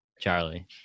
Charlie